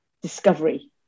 discovery